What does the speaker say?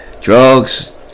Drugs